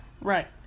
Right